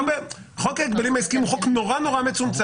חוק ההגבלים העסקיים הוא חוק מאוד מצומצם.